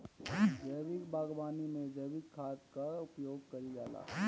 जैविक बागवानी में जैविक खाद कअ उपयोग कइल जाला